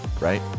right